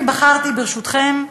אני בחרתי, ברשותכם,